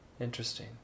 Interesting